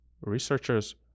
researchers